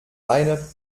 einer